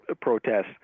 protests